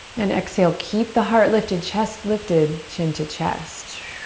and exhale. keep the heart lifted, chest lifted, chin to chest.